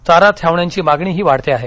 चारा छावण्यांची मागणीही वाढते आहे